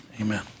amen